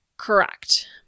Correct